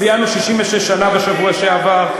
ציינו 66 שנה בשבוע שעבר,